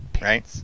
right